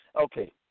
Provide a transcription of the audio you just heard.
Okay